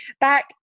back